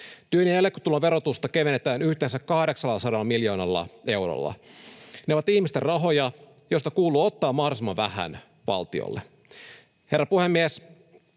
Työn ja eläketulon verotusta kevennetään yhteensä 800 miljoonalla eurolla. Ne ovat ihmisten rahoja, joista kuuluu ottaa mahdollisimman vähän valtiolle. Herra puhemies!